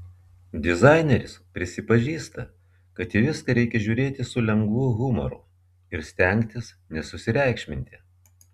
dizaineris prisipažįsta kad į viską reikia žiūrėti su lengvu humoru ir stengtis nesusireikšminti